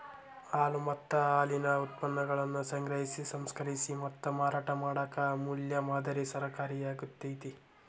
ಹಾಲು ಮತ್ತ ಹಾಲಿನ ಉತ್ಪನ್ನಗಳನ್ನ ಸಂಗ್ರಹಿಸಿ, ಸಂಸ್ಕರಿಸಿ ಮತ್ತ ಮಾರಾಟ ಮಾಡಾಕ ಅಮೂಲ್ ಮಾದರಿ ಸಹಕಾರಿಯಾಗ್ಯತಿ